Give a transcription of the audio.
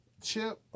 Chip